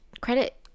credit